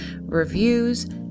reviews